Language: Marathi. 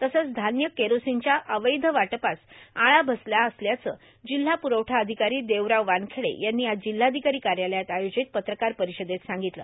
तसंच धान्य केरोसीनच्या अवैध वाटपास आळा बसला असल्याचं जिल्हा पुरवठा अधिकारों देवराव वानखेडे यांनी आज जिल्हाधिकारी कायालयात आयोजित पत्रकार पर्रारषदेत सांगगतलं